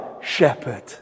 shepherd